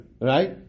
right